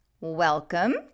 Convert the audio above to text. Welcome